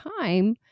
time